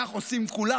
כך עושים כולם.